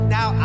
Now